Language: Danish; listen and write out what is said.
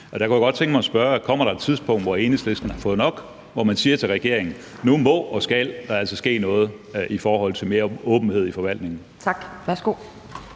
Der kunne jeg godt tænke mig at spørge: Kommer der et tidspunkt, hvor Enhedslisten har fået nok, og hvor man siger til regeringen: Nu må og skal der altså ske noget i forhold til mere åbenhed i forvaltningen? Kl. 11:13